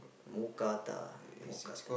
mookata mookata